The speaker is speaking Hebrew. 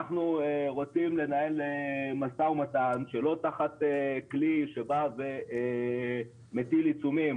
אנחנו רוצים לנהל משא ומתן שלא תחת כלי שבא ומטיל עיצומים